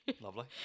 Lovely